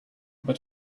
but